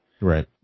Right